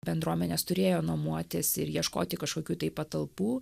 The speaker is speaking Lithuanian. bendruomenės turėjo nuomotis ir ieškoti kažkokių tai patalpų